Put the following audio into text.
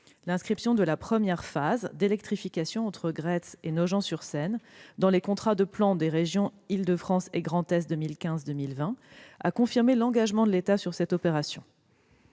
L'inscription de la première phase d'électrification entre Gretz et Nogent-sur-Seine dans les contrats de plan des régions d'Île-de-France et Grand Est 2015-2020 a confirmé l'engagement de l'État sur cette opération.